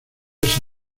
ese